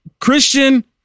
Christian